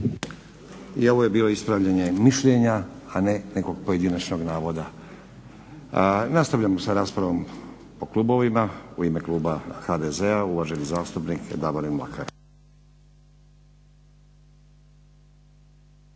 I ovo je bilo ispravljanje mišljenja, a ne nekom pojedinačnog navoda. Nastavljamo sa raspravom po klubovima, u ime Kluba HDZ-a uvaženi zastupnik Davorin Mlakar.